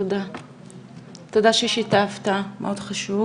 תודה ששיתפת, זה מאוד חשוב.